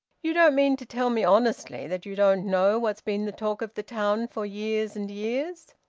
you don't mean to tell me honestly that you don't know what's been the talk of the town for years and years!